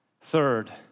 Third